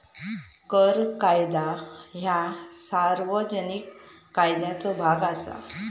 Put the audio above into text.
कर कायदा ह्या सार्वजनिक कायद्याचो भाग असा